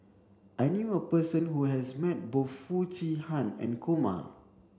I knew a person who has met both Foo Chee Han and Kumar